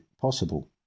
possible